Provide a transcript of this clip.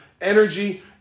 energy